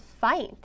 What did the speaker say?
fight